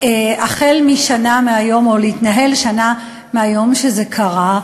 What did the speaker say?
או להתנהל, שנה מהיום שזה קרה.